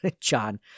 John